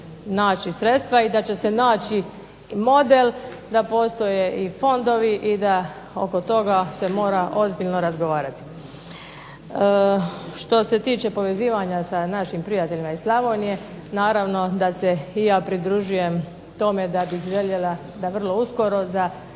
naći sredstva i da će se naći i model da postoje i fondovi, i da oko toga se mora ozbiljno razgovarati. Što se tiče povezivanja sa našim prijateljima iz Slavonije naravno da se i ja pridružujem tome da bi željela da vrlo uskoro za